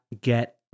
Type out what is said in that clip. get